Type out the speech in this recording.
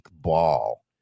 Ball